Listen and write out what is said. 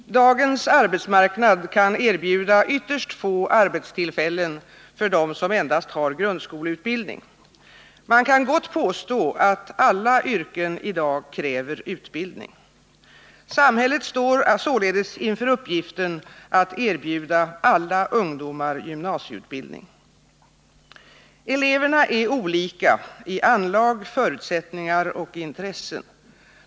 Herr talman! Dagens arbetsmarknad kan erbjuda ytterst få arbetstillfällen för dem som endast har grundskoleutbildning. Man kan gott påstå att alla yrken i dag kräver utbildning. Samhället står således inför uppgiften att erbjuda alla ungdomar gymnasieutbildning. Eleverna är olika i anlag, förutsättningar och intressen.